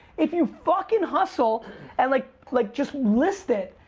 if you fucking hustle and like like just list it.